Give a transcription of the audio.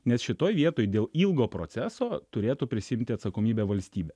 nes šitoj vietoj dėl ilgo proceso turėtų prisiimti atsakomybę valstybė